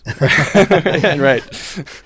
Right